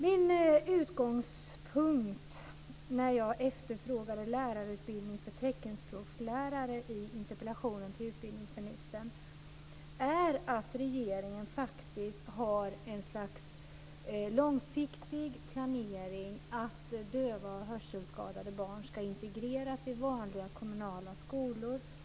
Min utgångspunkt när jag efterfrågade lärarutbildning för teckenspråkslärare i interpellationen till utbildningsministern var att regeringen faktiskt har ett slags långsiktig planering att döva och hörselskadade barn ska integreras i klasser i vanliga kommunala skolor.